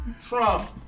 Trump